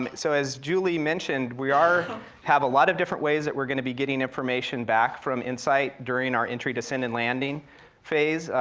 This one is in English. um so as julie mentioned, we have a lot of different ways that we're gonna be getting information back from insight during our entry, descent, and landing phase.